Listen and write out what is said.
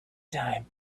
time